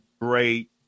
Great